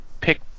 pick